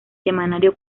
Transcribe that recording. semanario